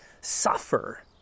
suffer